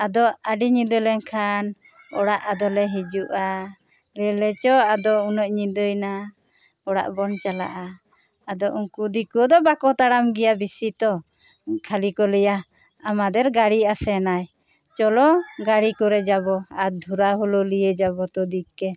ᱟᱫᱚ ᱟᱹᱰᱤ ᱧᱤᱸᱫᱟᱹ ᱞᱮᱱ ᱠᱷᱟᱱ ᱚᱲᱟᱜ ᱟᱫᱚ ᱞᱮ ᱦᱤᱡᱩᱜᱼᱟ ᱞᱟᱹᱭ ᱟᱞᱮ ᱪᱚ ᱟᱫᱚ ᱩᱱᱟᱹᱜ ᱧᱤᱸᱫᱟᱹ ᱭᱮᱱᱟ ᱚᱲᱟᱜ ᱵᱚᱱ ᱪᱟᱞᱟᱜᱼᱟ ᱟᱫᱚ ᱩᱱᱠᱩ ᱫᱤᱠᱩ ᱫᱚ ᱵᱟᱠᱚ ᱛᱟᱲᱟᱢ ᱜᱮᱭᱟ ᱵᱤᱥᱤ ᱛᱚ ᱠᱷᱟᱹᱞᱤ ᱠᱚ ᱞᱟᱹᱭᱟ ᱟᱢᱟᱫᱮᱨ ᱜᱟᱹᱲᱤ ᱟᱥᱮᱱᱟᱭ ᱪᱚᱞᱚ ᱜᱟᱹᱲᱤ ᱠᱚᱨᱮ ᱡᱟᱵᱚ ᱟᱨ ᱫᱷᱩᱨᱟ ᱦᱚᱞᱮ ᱞᱤᱭᱮ ᱡᱟᱵᱚ ᱛᱳᱫᱤᱠᱮ